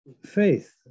faith